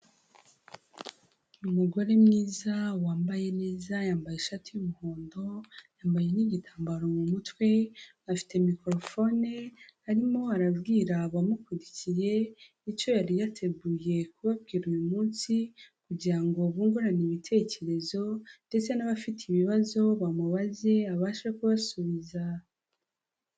Umugore mwiza, wambaye neza, yambaye ishati y'umuhondo, yambaye n'igitambaro mu mutwe, afite microphone, arimo arabwira abamukurikiye, icyo yari yateguye kubabwira uyu munsi, kugira ngo bungurane ibitekerezo, ndetse n'abafite ibibazo bamubaze, abashe kubasubiza.